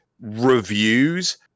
reviews